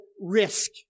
risk